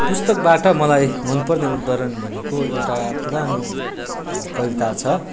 पुस्तकबाट मलाई मनपर्ने उद्धरण भनेको एउटा पुरानो कविता छ